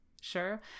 sure